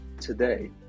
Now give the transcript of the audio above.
today